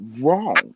wrong